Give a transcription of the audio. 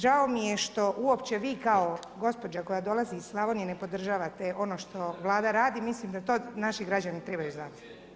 Žao mi je što uopće vi kao gospođa koja dolazi iz Slavonije ne podržavate ono što Vlada radi, mislim da to naši građani trebaju znati.